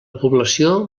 població